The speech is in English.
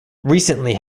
recently